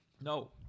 No